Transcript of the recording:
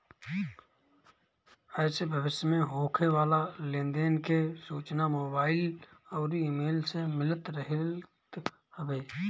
एसे भविष्य में होखे वाला लेन देन के सूचना मोबाईल अउरी इमेल से मिलत रहत हवे